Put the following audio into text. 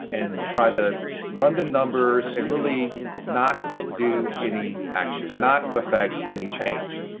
and try to run the numbers, and really not do any action, not affect any change.